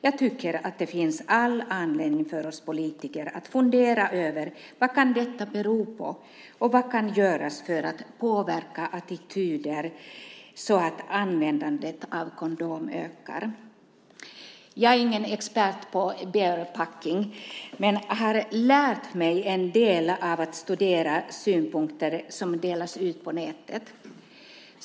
Jag tycker att det finns all anledning för oss politiker att fundera över vad detta kan bero på och vad som kan göras för att påverka attityderna så att användandet av kondomer ökar. Jag är ingen expert på barebacking men har lärt mig en del av att studera synpunkter som delas ut på nätet.